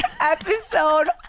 episode